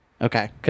Okay